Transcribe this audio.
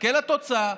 ומחכה לתוצאה.